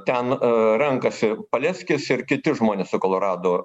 ten renkasi paleckis ir kiti žmonės su kolorado